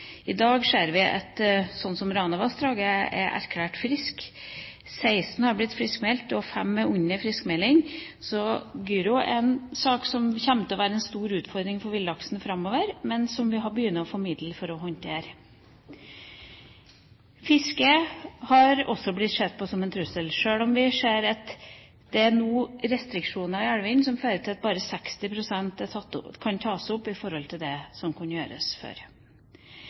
I dag ser vi at Ranavassdraget er erklært friskt. 16 har blitt friskmeldt, og fem er under friskmelding, så Gyro er en sak som kommer til å være en stor utfordring for villaksen framover, men som vi begynner å få midler for å håndtere. Fiske har også blitt sett på som en trussel, sjøl om vi ser at det er noen restriksjoner i elvene som fører til at bare 60 pst. kan tas opp i forhold til det man kunne